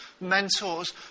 mentors